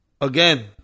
again